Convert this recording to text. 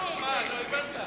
בבקשה.